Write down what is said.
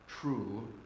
true